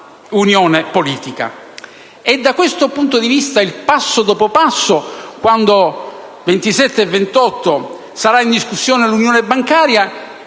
all'unione politica. Da questo punto di vista (il passo dopo passo), quando il 27 e il 28 giugno sarà in discussione l'unione bancaria,